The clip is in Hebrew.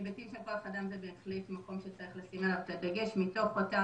היבטים של כוח אדם זה בהחלט מקום שצריך לשים אליו את הדגש מתוך אותה